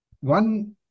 One